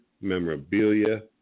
memorabilia